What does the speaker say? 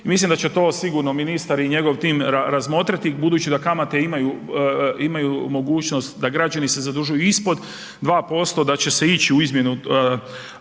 mislim da će to sigurno ministar i njegov tim razmotriti budući da kamate imaju mogućnost da građani se zadužuju ispod 2%, da će se ići u izmjenu